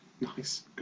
Nice